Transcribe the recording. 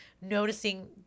noticing